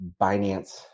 Binance